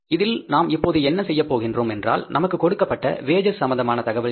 இதில் நாம் இப்போது என்ன செய்யப் போகின்றோம் என்றால் நமக்கு கொடுக்கப்பட்ட வேஜஸ் சம்பந்தமான தகவல் என்ன